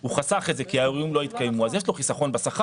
הוא חסך את זה כי האירועים לא התקיימו ולכן יש לו חסכון בשכר.